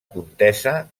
contesa